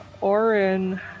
Orin